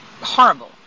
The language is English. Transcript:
horrible